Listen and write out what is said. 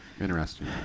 interesting